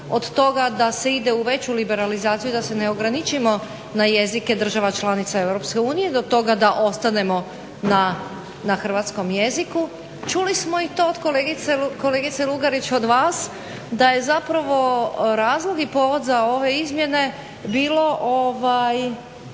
od toga da se ide u veću liberalizaciju i da se ne ograničimo na jezike država članica EU do toga da ostanemo na hrvatskom jeziku. Čuli smo i to, kolegice Lugarić od vas, da je zapravo razlog i povod za ove izmjene bio